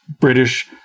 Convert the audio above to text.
British